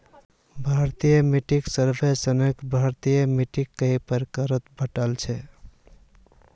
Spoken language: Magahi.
भारतीय मिट्टीक सर्वेक्षणत भारतेर मिट्टिक कई प्रकार आर भागत बांटील छे